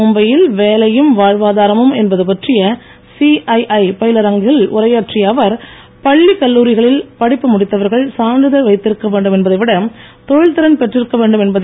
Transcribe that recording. மும்பையில் வேலையும் வாழ்வாதாரமும் என்பது பற்றிய சிஐஐ பயிலரங்களில் உரையாற்றிய அவர் பள்ளி கல்லுரிகளில் படிப்பு முடித்தவர்கள் சான்றிதழ் வைத்திருக்க வேண்டும் என்பதைவிட தொழில்திறன் பெற்றிருக்க வேண்டும் என்பதே முக்கியம் என்றார்